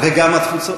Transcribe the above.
וגם התפוצות.